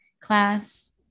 class